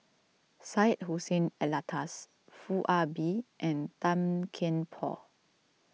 Syed Hussein Alatas Foo Ah Bee and Tan Kian Por